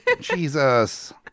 Jesus